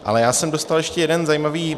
Ale já jsem dostal ještě jeden zajímavý...